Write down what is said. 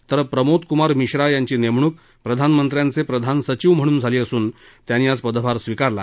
तर प्रमोद कुमार मिश्रा यांची नेमणूक प्रधानमंत्र्यांचे प्रधान सचिव म्हणून झाली असून त्यांनी आज पदभार स्वीकारला